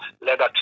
leather